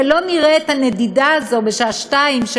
ולא נראה את הנדידה הזאת בשעה 14:00,